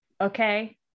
okay